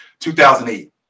2008